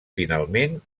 finalment